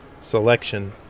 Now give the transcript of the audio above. selection